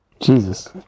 Jesus